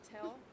Tell